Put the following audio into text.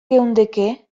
geundeke